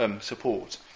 support